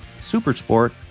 Supersport